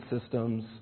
systems